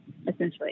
essentially